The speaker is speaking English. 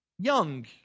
young